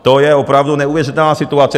To je opravdu neuvěřitelná situace.